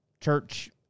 church